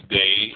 day